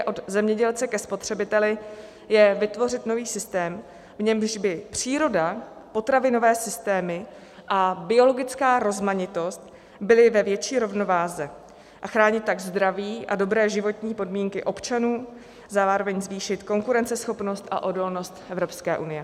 Od zemědělce ke spotřebiteli je vytvořit nový systém, v němž by příroda, potravinové systémy a biologická rozmanitost byly ve větší rovnováze, a chránit tak zdraví a dobré životní podmínky občanů, zároveň zvýšit konkurenceschopnost a odolnost Evropské unie.